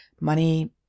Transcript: Money